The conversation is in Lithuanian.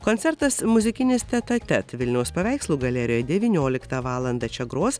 koncertas muzikinis tet a tet vilniaus paveikslų galerijoje devynioliktą valandą čia gros